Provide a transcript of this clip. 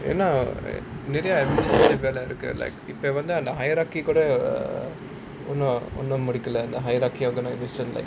ஏன்னா நிறைய:yaennaa niraiya administration வேலை இருக்கு இப்போ வந்து: velai irukku ippo vanthu hierarchy கூட ஒன்னும் ஒன்னும் முடிக்கல:kooda onnum onnum mudikala hierarchy organisation like